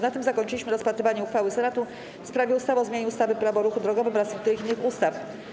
Na tym zakończyliśmy rozpatrywanie uchwały Senatu w sprawie ustawy o zmianie ustawy - Prawo o ruchu drogowym oraz niektórych innych ustaw.